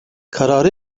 kararı